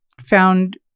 found